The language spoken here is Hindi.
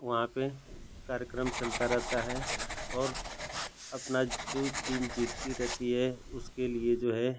वहाँ पर कार्यक्रम चलता रहता है और अपना जो टीम जीतती रहती है उसके लिए जो है